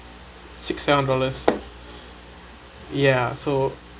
six seven dollars ya so